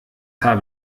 habe